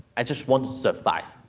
i just want to survive.